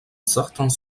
certains